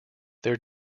their